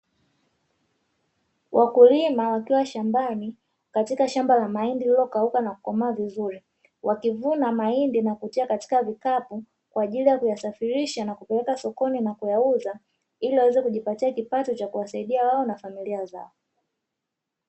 Wakulima wakiwa shambani katika shamba la mahindi lililokauka na kukomaa vizuri wakivuna mahindi na kutia katika vikapu kwa ajili ya kuyasafirisha na kuweka sokoni na kuyauza ili waweze kujipatia kipato cha kuwasaidia wao na familia zao.